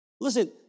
Listen